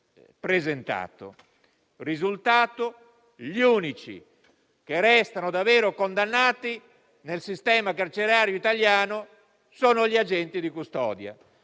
presentato. Risultato: gli unici che restano davvero condannati nel sistema carcerario italiano sono gli agenti di custodia,